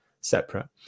separate